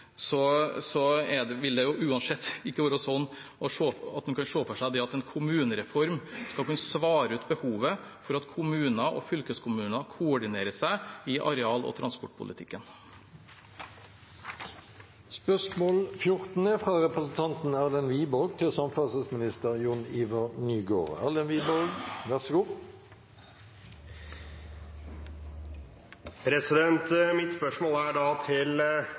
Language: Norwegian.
det uansett ikke være sånn at en kan se for seg at en kommunereform skal kunne svare ut behovet for at kommuner og fylkeskommuner koordinerer seg i areal- og transportpolitikken. Mitt spørsmål går til samferdselsministeren: «Siden statsrådens parti nå styrer Fredrikstad kommune, Hvaler kommune og Viken fylkeskommune, og er det største partiet i Stortinget og i regjeringen og også har samferdselsministeren, er